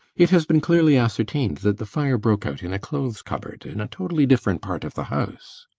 it has been clearly ascertained that the fire broke out in a clothes-cupboard in a totally different part of the house.